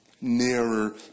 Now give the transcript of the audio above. Nearer